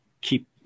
keep